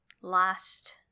last